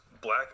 black